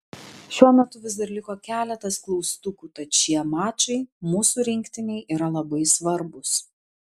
šiuo metu vis dar liko keletas klaustukų tad šie mačai mūsų rinktinei yra labai svarbūs